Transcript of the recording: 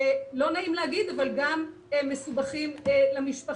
ולא נעים להגיד אבל גם מסובכים למשפחה.